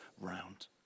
round